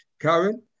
karen